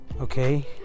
Okay